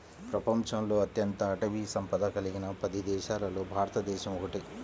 ప్రపంచంలో అత్యంత అటవీ సంపద కలిగిన పది దేశాలలో భారతదేశం ఒకటి